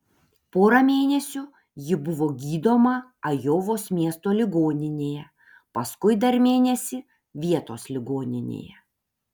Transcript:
porą mėnesių ji buvo gydoma ajovos miesto ligoninėje paskui dar mėnesį vietos ligoninėje